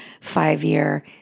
five-year